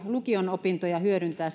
lukion opintoja hyödyntää